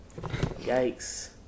yikes